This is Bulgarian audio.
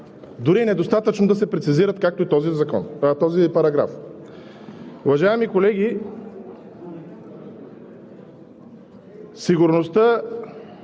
дори е недостатъчно да се прецизират, както и този параграф. Уважаеми колеги, сигурността